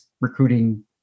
recruiting